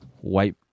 white